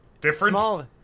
different